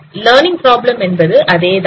learning problem என்பது அதேதான்